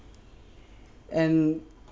and